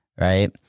Right